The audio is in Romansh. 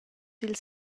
dil